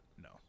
No